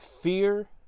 Fear